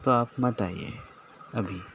تو آپ مت آئیے ابھی